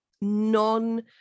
non